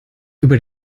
über